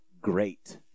great